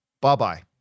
Bye-bye